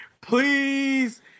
Please